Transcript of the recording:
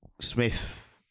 Smith